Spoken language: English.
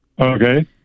Okay